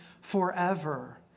forever